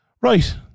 Right